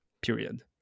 period